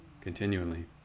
continually